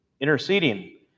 interceding